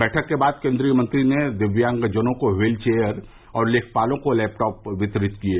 बैठक के बाद केन्द्रीय मंत्री ने दिव्यांगजनों को व्हीलचेयर और लेखपालों को लैपटॉप वितरित किये